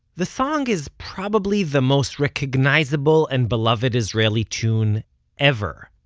the song is probably the most recognizable and beloved israeli tune ever.